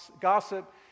gossip